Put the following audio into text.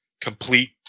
complete